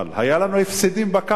היו לנו הפסדים בקיץ.